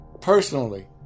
personally